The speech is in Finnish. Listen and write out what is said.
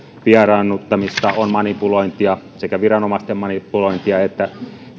vieraannuttamista on manipulointia sekä viranomaisten että